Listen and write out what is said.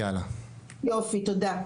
תודה.